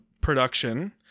production